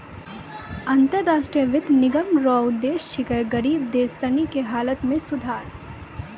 अन्तर राष्ट्रीय वित्त निगम रो उद्देश्य छिकै गरीब देश सनी के हालत मे सुधार